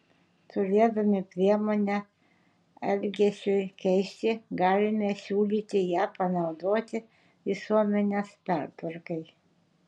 turėdami priemonę elgesiui keisti galime siūlyti ją panaudoti visuomenės pertvarkai